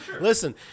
listen